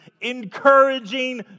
encouraging